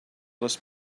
les